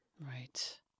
Right